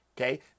okay